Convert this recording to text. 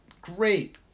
great